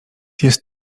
jest